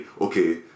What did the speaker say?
okay